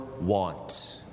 want